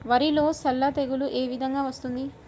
వరిలో సల్ల తెగులు ఏ విధంగా వస్తుంది?